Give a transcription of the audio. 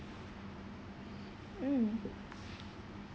mm